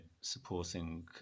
supporting